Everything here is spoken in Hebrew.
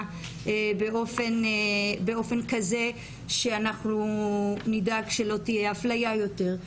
באופן כזה שאנחנו נדאג שלא תהיה אפליה יותר.